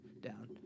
down